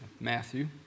Matthew